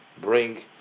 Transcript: bring